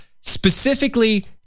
specifically